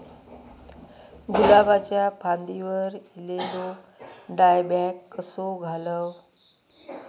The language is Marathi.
गुलाबाच्या फांदिर एलेलो डायबॅक कसो घालवं?